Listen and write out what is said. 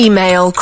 Email